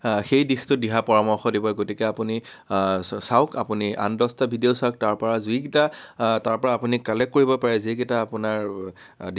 সেই দিশতো দিহা পৰামৰ্শ দিব গতিকে আপুনি চাওক আপুনি আন দচটা ভিডিঅ' চাওক তাৰ পৰা যিকিটা তাৰপৰা আপুনি কালেক্ট কৰিব পাৰে যিকিটা আপোনাৰ